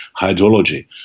hydrology